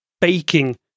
baking